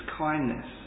kindness